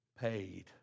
paid